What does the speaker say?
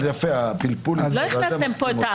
אבל הפלפול הזה יפה.